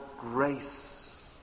grace